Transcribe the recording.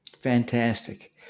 Fantastic